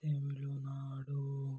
Tamil Nadu